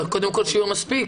שקודם יהיו מספיק.